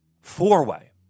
Four-way